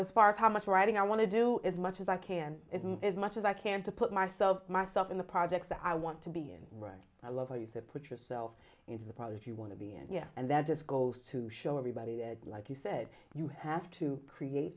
as far as how much writing i want to do as much as i can is much as i can to put myself myself in the projects that i want to be in right i love you to put yourself into the problems you want to be and yeah and that just goes to show everybody that like you said you have to create